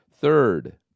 Third